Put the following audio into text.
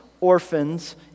orphans